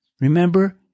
Remember